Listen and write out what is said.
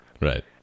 Right